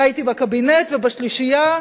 והייתי בקבינט, ובשלישייה,